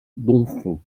domfront